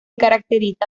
caracteriza